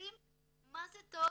מסתדרים מה זה טוב.